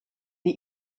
die